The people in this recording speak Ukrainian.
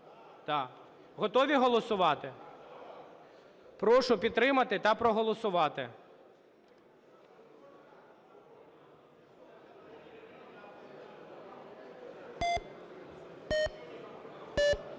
Готові голосувати? Прошу підтримати та проголосувати.